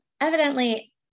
evidently